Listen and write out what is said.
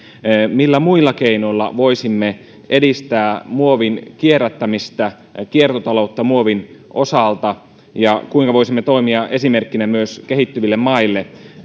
millä muilla keinoilla voisimme edistää muovin kierrättämistä kiertotaloutta muovin osalta ja kuinka voisimme toimia esimerkkinä myös kehittyville maille